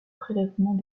prélèvements